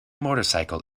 motorcycle